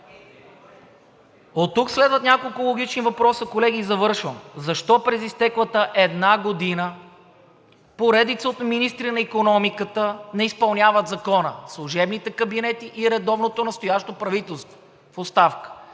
Оттук следват няколко логична въпроса, колеги, и завършвам. Защо през изтеклата една година поредица от министри на икономиката не изпълняват закона – служебните кабинети и редовното настоящо правителство в оставка?